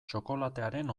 txokolatearen